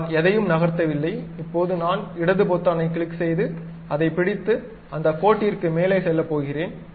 இப்போது நான் எதையும் நகர்த்தவில்லை இப்போது நான் இடது பொத்தானைக் கிளிக் செய்து அதைப் பிடித்து அந்தக் கோட்டிற்கு மேலே செல்லப் போகிறேன்